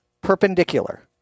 perpendicular